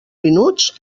minuts